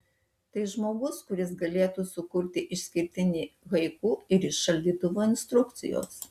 tai žmogus kuris galėtų sukurti išskirtinį haiku ir iš šaldytuvo instrukcijos